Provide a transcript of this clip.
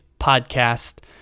podcast